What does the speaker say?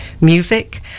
music